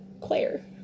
Claire